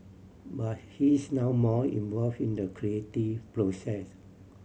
but he's now more involve in the creative process